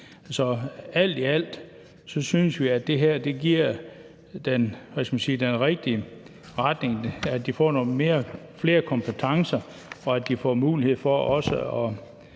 alt i alt synes vi, at det her giver den rigtige retning, at de ledige får nogle flere kompetencer, og at de også får mulighed for at